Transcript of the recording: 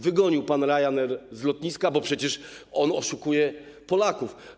Wygonił pan Ryanair z lotniska, bo przecież on oszukuje Polaków.